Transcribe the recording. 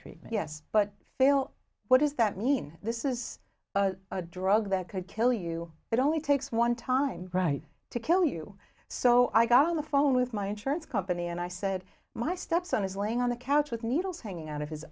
treatment yes but fail what does that mean this is a drug that could kill you it only takes one time right to kill you so i got on the phone with my insurance company and i said my stepson is laying on the couch with needles hanging out of his